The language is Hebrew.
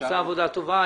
עשית עבודה טובה.